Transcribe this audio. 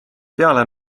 peale